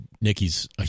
Nikki's